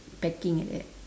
packing like that